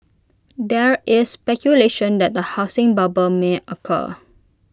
there is speculation that the housing bubble may occur